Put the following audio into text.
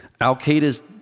Al-Qaeda's